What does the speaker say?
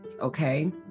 okay